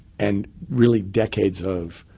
and really decades of